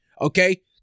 okay